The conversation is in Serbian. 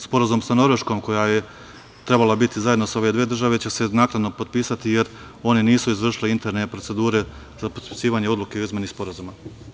Sporazum sa Norveškom koja je trebala biti zajedno sa ove države će se značajno potpisati jer one nisu izvršile interne procedure za potpisivanje odluke o izmeni sporazuma.